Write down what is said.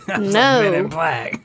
no